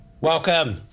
Welcome